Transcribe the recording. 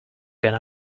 gone